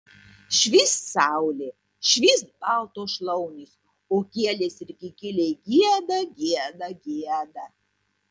švyst saulė švyst baltos šlaunys o kielės ir kikiliai gieda gieda gieda